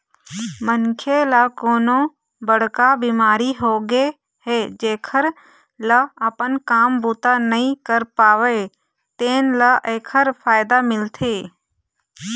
मनखे ल कोनो बड़का बिमारी होगे हे जेखर ले अपन काम बूता नइ कर पावय तेन ल एखर फायदा मिलथे